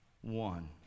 one